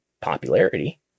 popularity